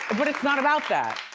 but it's not about that.